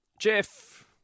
Jeff